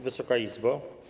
Wysoka Izbo!